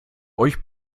euch